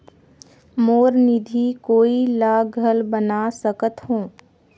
मोर निधि कोई ला घल बना सकत हो?